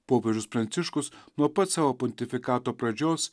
popiežius pranciškus nuo pat savo pontifikato pradžios